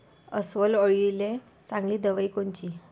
अस्वल अळीले चांगली दवाई कोनची?